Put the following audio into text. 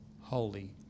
holy